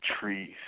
trees